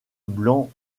blanc